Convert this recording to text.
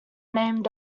named